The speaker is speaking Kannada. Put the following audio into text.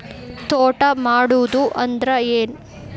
ತೋಟ ಮಾಡುದು ಅಂದ್ರ ಏನ್?